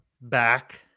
back